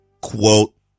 Quote